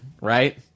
Right